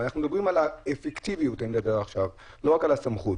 אני מדבר עכשיו על האפקטיביות ולא רק על הסמכות.